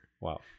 Wow